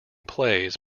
plays